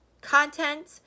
content